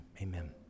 amen